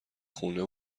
خونه